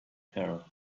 her